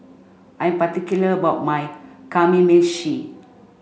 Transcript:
I'm particular about my Kamameshi